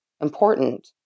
important